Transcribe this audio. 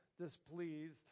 displeased